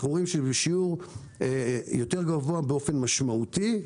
בשיעור גבוה יותר באופן משמעותי,